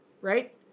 Right